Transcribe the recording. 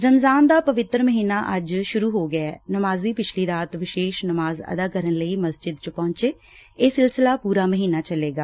ਰਮਜ਼ਾਨ ਦਾ ਪਵਿੱਤਰ ਮਹੀਨਾ ਅੱਜ ਸੁਰੂ ਹੋ ਗਿਐ ਨਮਾਜ਼ੀ ਪਿਛਲੀ ਰਾਤ ਵਿਸ਼ੇਸ਼ ਨਮਾਜ਼ ਅਦਾ ਕਰਨ ਲਈ ਮਸਜਿਦ ਚ ਪਹੁੰਚੇ ਇਹ ਸਿਲਸਿਲਾ ਪੁਰਾ ਮਹੀਨਾ ਚੱਲੇਗਾ